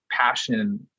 passion